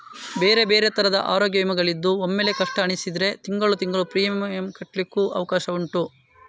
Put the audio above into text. ಬೇರೆ ಬೇರೆ ತರದ ಅರೋಗ್ಯ ವಿಮೆಗಳಿದ್ದು ಒಮ್ಮೆಲೇ ಕಷ್ಟ ಅನಿಸಿದ್ರೆ ತಿಂಗಳು ತಿಂಗಳು ಪ್ರೀಮಿಯಂ ಕಟ್ಲಿಕ್ಕು ಅವಕಾಶ ಉಂಟು